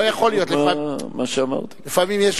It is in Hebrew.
בוודאי.